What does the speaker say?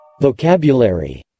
Vocabulary